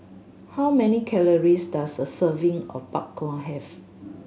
how many calories does a serving of Bak Kwa have